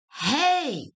hey